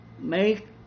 make